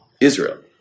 Israel